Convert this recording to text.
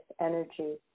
energy